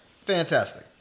fantastic